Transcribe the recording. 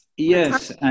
Yes